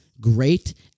great